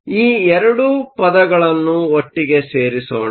ಆದ್ದರಿಂದ ಈ 2 ಪದಗಳನ್ನು ಒಟ್ಟಿಗೆ ಸೇರಿಸೋಣ